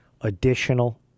additional